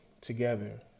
together